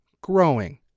growing